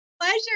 pleasure